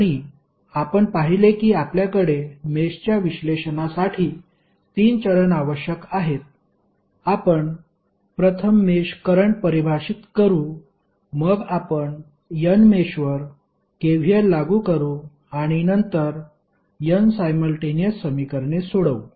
आणि आपण पाहिले की आपल्याकडे मेषच्या विश्लेषणासाठी तीन चरण आवश्यक आहेत आपण प्रथम मेष करंट परिभाषित करू मग आपण n मेषवर KVL लागू करू आणि नंतर n सायमल्टेनिअस समीकरणे सोडवू